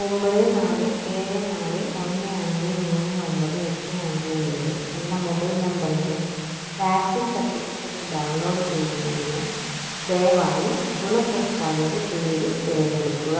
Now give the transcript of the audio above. ഒമ്പത് നാല് ഏഴ് നാല് ഒന്ന് ഒന്ന് മൂന്ന് ഒമ്പത് എട്ട് അഞ്ച് ഏഴ് എന്ന മൊബൈൽ നമ്പറിന്റെ വാക്സിൻ സർട്ടിഫിക്കറ്റ് ഡൗൺലോഡ് ചെയ്യുന്നതിന് ദയവായി ഗുണഭോക്താവിന്റെ പേര് തിരഞ്ഞെടുക്കുക